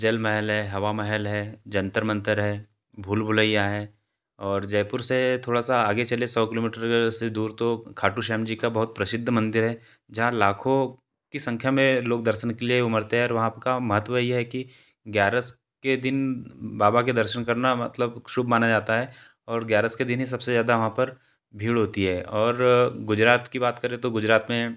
जल महल है हवा महल है जंतर मंतर है भूल भुलैया हैं और जयपुर से थोड़ा सा आगे चलें सौ किलोमीटर से दूर तो खाटू श्याम जी का बहुत प्रसिद्ध मंदिर है जहाँ लाखों की संख्या में लोग दर्शन के लिए उमड़ते हैं और वहाँ का महत्व ये है कि ग्यारस के दिन बाबा के दर्शन करना मतलब शुभ माना जाता है और ग्यारस के दिन ही सबसे ज़्यादा वहाँ पर भीड़ होती है और गुजरात की बात करें तो गुजरात में